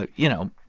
ah you know,